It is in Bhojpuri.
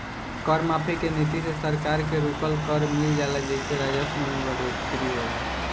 कर माफी के नीति से सरकार के रुकल कर मिल जाला जेइसे राजस्व में बढ़ोतरी होला